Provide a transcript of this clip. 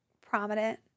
prominent